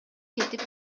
кетип